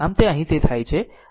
આમ તે અહીં તે થાય છે